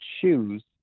choose